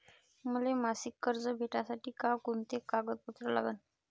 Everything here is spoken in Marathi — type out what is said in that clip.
मले मासिक कर्ज भेटासाठी का कुंते कागदपत्र लागन?